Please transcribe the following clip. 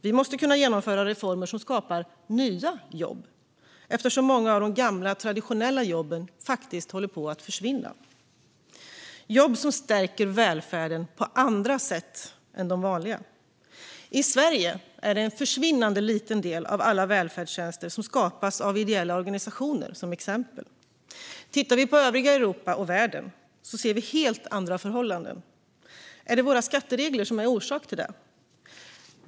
Vi måste kunna genomföra reformer som skapar nya jobb, eftersom många av de gamla traditionella jobben håller på att försvinna. Det handlar om jobb som stärker välfärden på andra sätt än de vanliga. I Sverige är det till exempel en försvinnande liten del av alla välfärdstjänster som skapas av ideella organisationer. Tittar vi på övriga Europa och världen ser vi helt andra förhållanden. Är våra skatteregler en orsak till det?